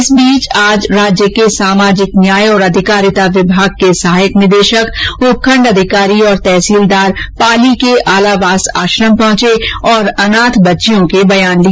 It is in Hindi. इस बीच आज राज्य के सामाजिक न्याय और अधिकारिता विभाग के सहायक निदेशक उपखंड अधिकारी और तहसीलदार पाली के आलावास आश्रम में पहुंचे तथा अनाथ बच्चियों के बयान लिए